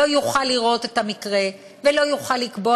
לא יוכל לראות את המקרה ולא יוכל לקבוע